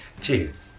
cheers